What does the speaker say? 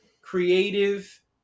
creative